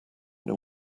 know